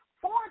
four